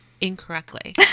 incorrectly